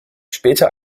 später